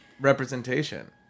representation